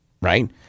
Right